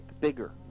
Bigger